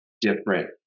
different